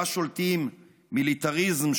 שבה שולטים מיליטריזם,